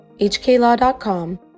hklaw.com